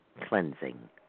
cleansing